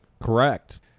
Correct